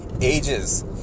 ages